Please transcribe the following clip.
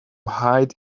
hide